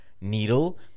needle